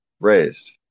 raised